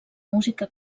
música